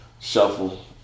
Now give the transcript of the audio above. Shuffle